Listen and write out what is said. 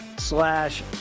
Slash